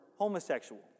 Homosexual